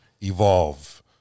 Evolve